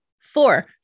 Four